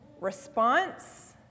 response